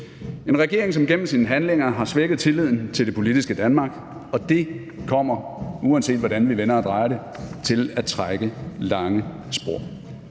en regering, som gennem sine handlinger har svækket tilliden til det politiske Danmark, og det kommer, uanset hvordan vi vender og drejer det, til at trække lange spor.